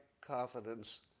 confidence